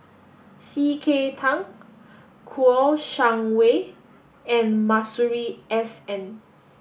C K Tang Kouo Shang Wei and Masuri S N